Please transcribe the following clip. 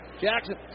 Jackson